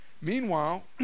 meanwhile